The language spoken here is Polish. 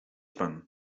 pan